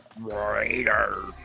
Raiders